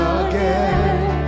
again